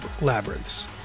Labyrinths